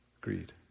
greed